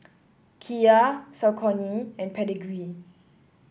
Kia Saucony and Pedigree